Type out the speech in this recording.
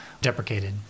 deprecated